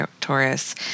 Taurus